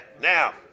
Now